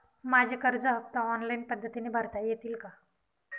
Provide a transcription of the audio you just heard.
माझे कर्ज हफ्ते ऑनलाईन पद्धतीने भरता येतील का?